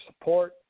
support